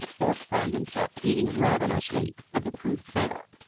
thorpe found himself eating ravenously of the crude fare.